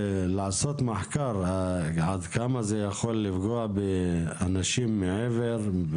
לעשות מחקר עד כמה זה יכול לפגוע באנשים מעבר,